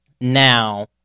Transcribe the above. Now